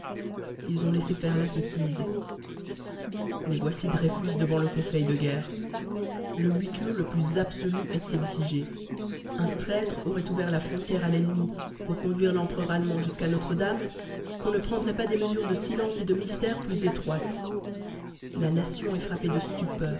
ils ont laissé faire la sottise mais voici dreyfus devant le conseil de guerre le huis clos le plus absolu est exigé un traître aurait ouvert la frontière à l'ennemi pour conduire l'empereur allemand jusqu'à notre-dame qu'on ne prendrait pas des mesures de silence et de mystère plus étroites la nation est frappée de stupeur